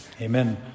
Amen